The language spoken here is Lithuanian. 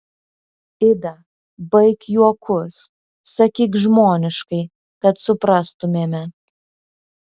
ida baik juokus sakyk žmoniškai kad suprastumėme